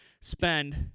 spend